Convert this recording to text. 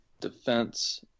defense